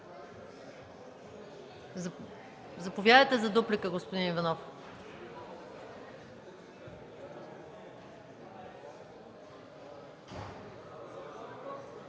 Заповядайте за дуплика, господин Иванов.